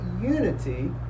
unity